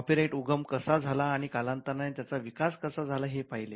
copyright उगम कसा झाला आणि कालांतराने त्याचा विकास कसा झाला हे पहिले